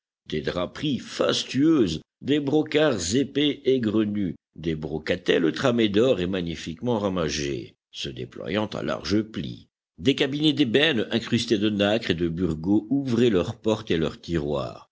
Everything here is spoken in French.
des draperies fastueuses des brocarts épais et grenus des brocatelles tramées d'or et magnifiquement ramagées se déployant à larges plis des cabinets d'ébène incrustés de nacre et de burgau ouvraient leurs portes et leurs tiroirs